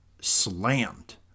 slammed